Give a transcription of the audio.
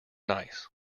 nice